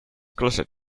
closed